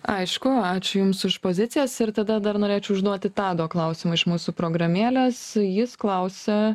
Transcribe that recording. aišku ačiū jums už pozicijas ir tada dar norėčiau užduoti tado klausimą iš mūsų programėlės jis klausia